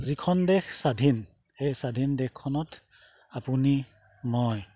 যিখন দেশ স্বাধীন সেই স্বাধীন দেশখনত আপুনি মই